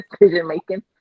decision-making